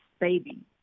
baby